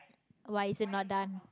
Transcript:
why is it not done